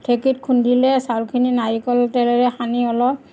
ঢেঁকীত খুন্দিলে চাউলখিনি নাৰিকল তেলেৰে সানি অলপ